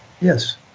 Yes